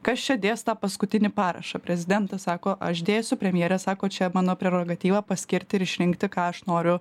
kas čia dės tą paskutinį parašą prezidentas sako aš dėsiu premjerė sako čia mano prerogatyva paskirti išrinkti ką aš noriu